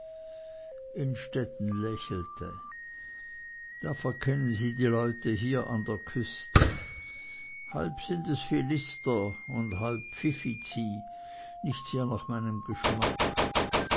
innstetten lächelte da verkennen sie die leute hier an der küste halb philister und halb pfiffici nicht sehr nach meinem geschmack